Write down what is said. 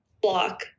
block